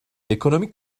ekonomik